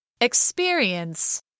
Experience